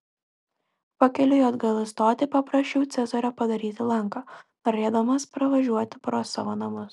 pakeliui atgal į stotį paprašiau cezario padaryti lanką norėdamas pravažiuoti pro savo namus